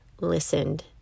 listened